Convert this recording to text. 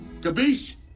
Kabish